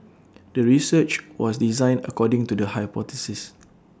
the research was designed according to the hypothesis